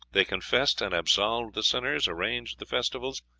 they confessed and absolved the sinners, arranged the festivals,